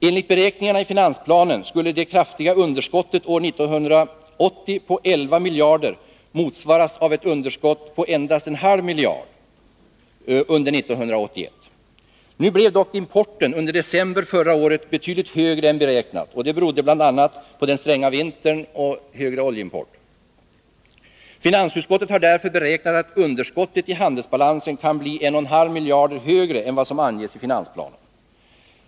Enligt beräkningarna i finansplanen skulle det kraftiga underskottet år 1980 på 11 miljarder motsvaras av ett underskott på endast 0,5 miljarder under 1981. Nu blev dock importen under december förra året betydligt större än beräknat, beroende bl.a. på den stränga vintern och ökad oljeimport. Finansutskottet har därför beräknat att underskottet i handelsbalansen kan bli 1,5 miljarder större än vad som angesi finansplanen.